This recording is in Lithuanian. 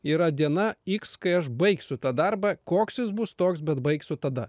yra diena x kai aš baigsiu tą darbą koks jis bus toks bet baigsiu tada